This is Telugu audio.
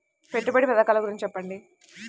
పెట్టుబడి పథకాల గురించి చెప్పండి?